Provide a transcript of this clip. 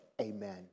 amen